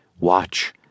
Watch